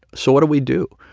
so what do we do?